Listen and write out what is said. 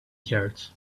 yards